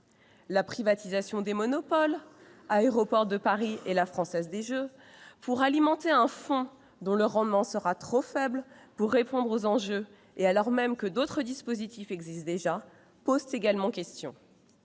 La privatisation de monopoles, Aéroports de Paris et la Française des jeux, pour alimenter un fonds dont le rendement sera trop faible pour répondre aux enjeux, et alors même que d'autres dispositifs existent déjà, pose également question.